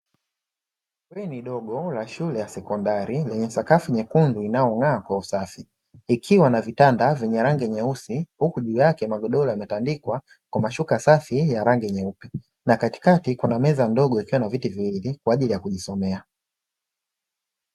Bweni dogo la shule ya sekondari lenye sakafu nyekundu inayong'aa kwa usafi, ikiwa na vitanda vyenye rangi nyeusi, huku juu yake magodoro yametandikwa kwa mashuka safi ya rangi nyeupe, na katikati kuna meza ndogo ikiwa na viti viwili kwa ajili ya kujisomea.